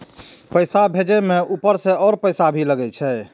पैसा भेजे में ऊपर से और पैसा भी लगे छै?